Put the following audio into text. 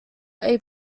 april